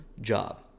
job